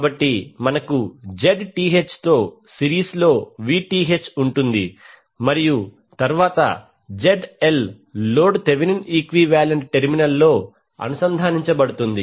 కాబట్టి మనకు Zth తో సిరీస్లో Vth ఉంటుంది మరియు తరువాత ZL load Thevenin equivalent టెర్మినల్లో అనుసంధానించబడుతుంది